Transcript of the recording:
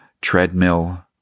treadmill